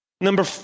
Number